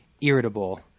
irritable